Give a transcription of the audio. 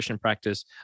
practice